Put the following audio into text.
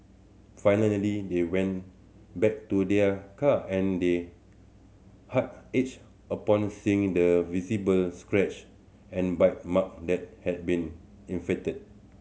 finally they went back to their car and they heart ached upon seeing the visible scratch and bite mark that had been inflicted